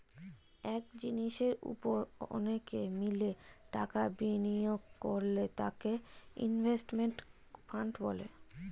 এক জিনিসের উপর অনেকে মিলে টাকা বিনিয়োগ করলে তাকে ইনভেস্টমেন্ট ফান্ড বলে